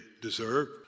deserve